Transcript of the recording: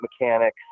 mechanics